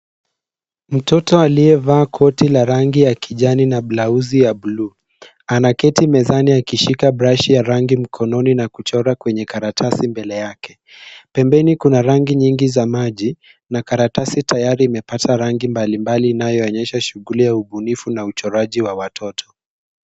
Mtoto aliyevaa koti la rangi ya kijani na blauzi ya buluu, anaketi mezani akishika brashi ya rangi mkononi na kuchora kwenye karatasi mbele yake. Pembeni kuna rangi nyingi za maji na karatasi tayari imepata rangi mbalimbali inayoonyesha shuguli ya ubunifu na uchoraji wa watoto.